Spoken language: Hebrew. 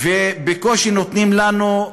ובקושי נותנים לנו,